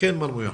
חיים מויאל.